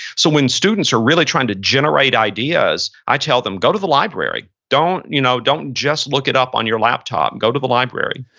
so, when students are really trying to generate ideas, i tell them, go to the library. don't you know don't just look it up on your laptop. go to the library.